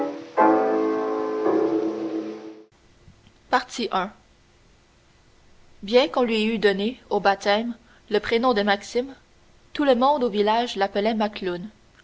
i bien qu'on lui eût donné au baptême le prénom de maxime tout le monde au village l'appelait macloune